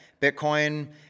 Bitcoin